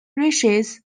races